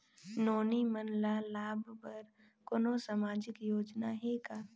नोनी मन ल लाभ बर कोनो सामाजिक योजना हे का?